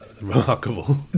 remarkable